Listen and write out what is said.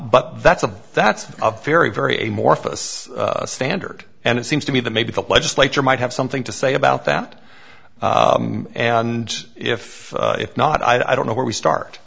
but that's a that's a very very a more standard and it seems to me that maybe the legislature might have something to say about that and if if not i don't know where we start